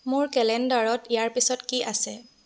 মোৰ কেলেণ্ডাৰত ইয়াৰ পিছত কি আছে